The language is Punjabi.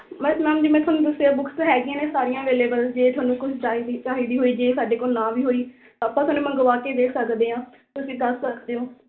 ਬੱਸ ਮੈਮ ਜਿਵੇਂ ਤੁਹਾਨੂੰ ਦੱਸਿਆ ਬੁੱਕਸ ਹੈਗੀਆਂ ਨੇ ਸਾਰੀਆਂ ਅਵੇਲੇਬਲ ਜੇ ਤੁਹਾਨੂੰ ਕੁਝ ਚਾਹੀਦੀ ਚਾਹੀਦੀ ਹੋਈ ਜੇ ਸਾਡੇ ਕੋਲ ਨਾ ਵੀ ਹੋਈ ਤਾਂ ਆਪਾਂ ਤੁਹਾਨੂੰ ਮੰਗਵਾ ਕੇ ਦੇ ਸਕਦੇ ਹਾਂ ਤੁਸੀਂ ਦੱਸ ਸਕਦੇ ਹੋ